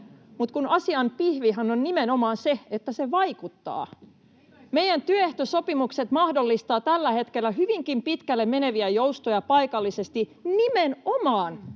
mutta kun asian pihvihän on nimenomaan se, että se vaikuttaa. Meidän työehtosopimukset mahdollistavat tällä hetkellä hyvinkin pitkälle meneviä joustoja paikallisesti nimenomaan